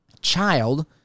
child